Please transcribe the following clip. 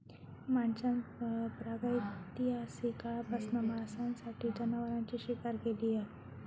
माणसान प्रागैतिहासिक काळापासना मांसासाठी जनावरांची शिकार केली हा